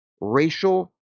racial –